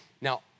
Now